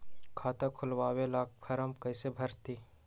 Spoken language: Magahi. खाता खोलबाबे ला फरम कैसे भरतई?